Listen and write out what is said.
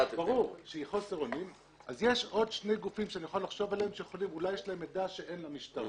אז יש עוד שני גופים שאני יכול לחשוב שאולי יש להם מידע שאין למשטרה.